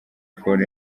for